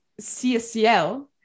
CSCL